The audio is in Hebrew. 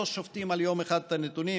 לא שופטים על יום אחד את הנתונים,